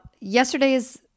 yesterday's